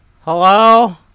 Hello